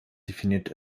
definiert